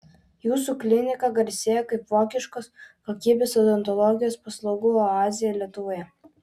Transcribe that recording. jūsų klinika garsėja kaip vokiškos kokybės odontologijos paslaugų oazė lietuvoje